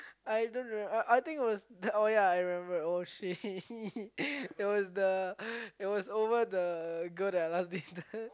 I don't remember I I think it was oh ya I remember oh shit it was the over the girl that I last dated